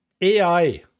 ai